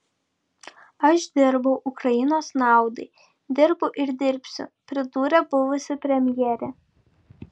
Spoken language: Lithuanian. aš dirbau ukrainos naudai dirbu ir dirbsiu pridūrė buvusi premjerė